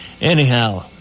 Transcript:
Anyhow